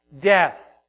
Death